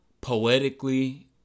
poetically